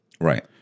right